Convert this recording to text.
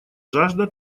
жажда